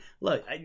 look